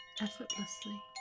effortlessly